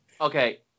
Okay